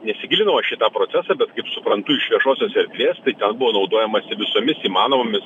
nesigilinau aš į tą procesą bet kaip suprantu iš viešosios erdvės tai ten buvo naudojamasi visomis įmanomomis